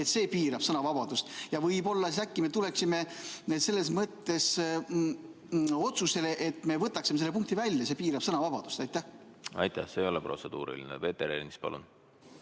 et see piirab sõnavabadust. Võib-olla me siis äkki tuleksime selles mõttes otsusele, et võtaksime selle punkti välja, sest see piirab sõnavabadust. Aitäh! See ei ole protseduuriline. Peeter Ernits, palun!